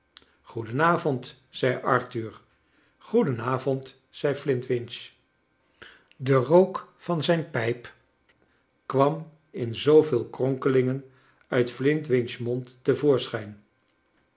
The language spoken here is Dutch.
avond zei arthur groeden avond zei flintwinch de rook van zijn pijp kwam in zooveel kronkelingen uit flint winch's mond